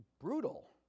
brutal